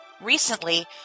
Recently